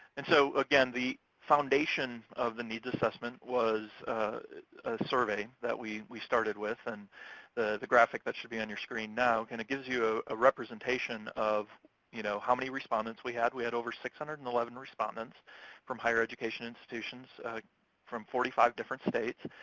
and so, again, the foundation of the needs assessment was a survey that we we started with. and the the graphic that should be on your screen now. kinda gives you a ah representation of you know how many respondents we had. we had over six hundred and eleven respondents from higher education institutions from forty five different states.